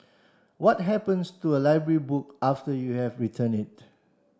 what happens to a library book after you have returned it